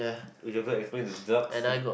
which also explained the drugs